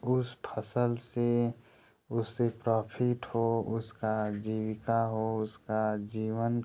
उस फसल से उससे प्राफिट हो उसका जीविका हो उसका जीवन